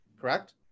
Correct